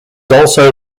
also